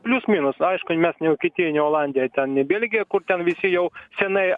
plius minus nu aišku mes ne vokietija ne olandija ten ne belgija kur ten visi jau senai